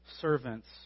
servants